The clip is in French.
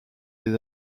les